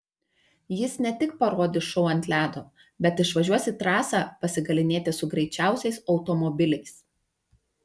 jis ne tik parodys šou ant ledo bet išvažiuos į trasą pasigalynėti su greičiausiais automobiliais